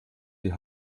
die